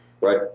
Right